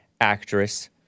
actress